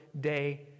day